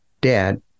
dad